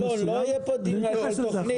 אלון, לא יהיה פה דיון על כל תוכנית.